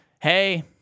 hey